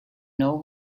know